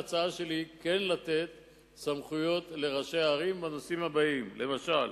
ההצעה שלי היא כן לתת סמכויות לראשי ערים בנושאים הבאים: למשל,